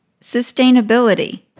Sustainability